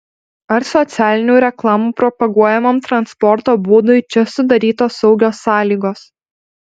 ar socialinių reklamų propaguojamam transporto būdui čia sudarytos saugios sąlygos